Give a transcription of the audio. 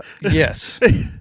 Yes